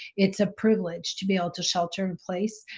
it's a privilege to be able to shelter-in-place.